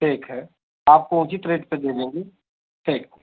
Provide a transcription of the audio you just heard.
ठीक है आपको उचित रेट पर दे देंगे ठीक है ठीक